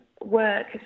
work